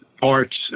parts